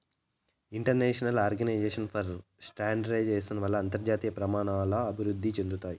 international organization for standardization వల్ల అంతర్జాతీయ ప్రమాణాలు అభివృద్ధి చెందుతాయి